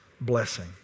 blessing